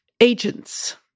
agents